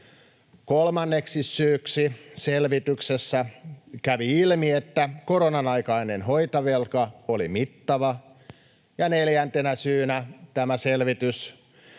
Kolmanneksi syyksi selvityksessä kävi ilmi, että koronan aikainen hoitovelka oli mittava. Ja neljäntenä syynä tämä selvitys